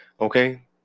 Okay